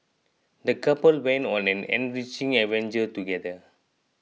the couple went on an enriching adventure together